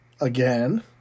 again